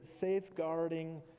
safeguarding